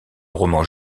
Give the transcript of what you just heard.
roman